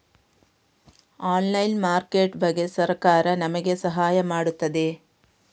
Online market ಬಗ್ಗೆ ಸರಕಾರ ನಮಗೆ ಸಹಾಯ ಮಾಡುತ್ತದೆ?